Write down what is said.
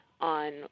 on